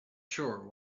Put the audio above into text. sure